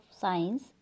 science